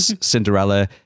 Cinderella